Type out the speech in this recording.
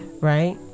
Right